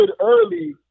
early